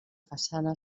façana